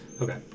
Okay